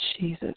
Jesus